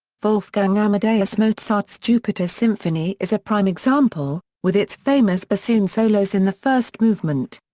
wolfgang amadeus mozart's jupiter symphony is a prime example, with its famous bassoon solos in the first movement.